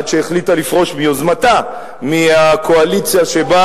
עד שהחליטה לפרוש מיוזמתה מהקואליציה שבה